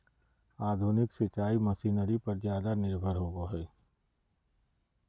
आधुनिक सिंचाई मशीनरी पर ज्यादा निर्भर होबो हइ